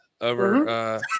over